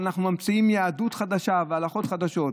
ואנחנו ממציאים יהדות חדשה והלכות חדשות.